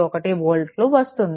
491 వోల్ట్లు వస్తుంది